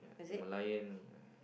the Merlion